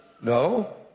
No